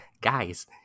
guys